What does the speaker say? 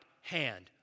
hand